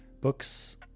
Books